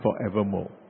forevermore